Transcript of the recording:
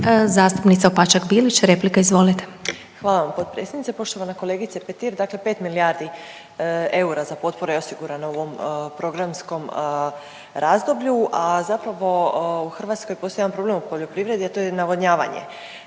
**Opačak Bilić, Marina (Nezavisni)** Hvala vam potpredsjednice. Poštovana kolegice Petir, dakle 5 milijardi eura za potpore je osigurano u ovom programskom razdoblju, a zapravo u Hrvatskoj postoji jedan problem u poljoprivredi, a to je navodnjavanje.